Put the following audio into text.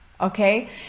Okay